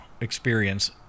experience